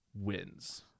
wins